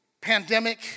pandemic